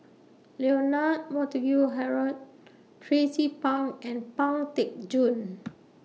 Leonard Montague Harrod Tracie Pang and Pang Teck Joon